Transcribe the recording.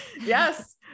yes